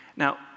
Now